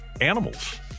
Animals